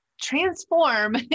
transform